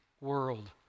world